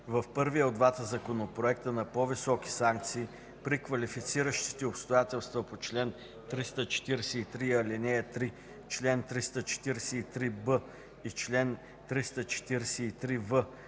в първия от двата законопроекта на по-високи санкции при квалифициращите обстоятелства по чл. 343, ал. 3, чл. 343б и чл. 343в